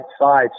side